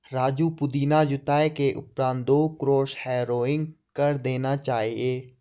राजू पुदीना जुताई के उपरांत दो क्रॉस हैरोइंग कर देना चाहिए